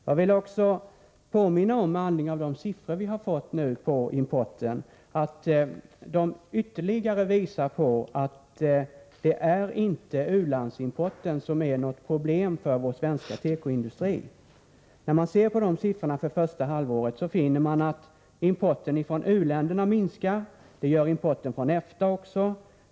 Jag vill också påminna om, med anledning av de siffror om importen som vi har fått, att det inte är u-landsimporten som är ett problem för vår svenska tekoindustri. När man ser på de siffrorna för första halvåret finner man att importen från u-länderna och EFTA minskar.